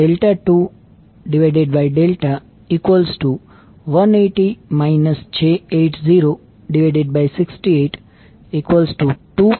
647 j1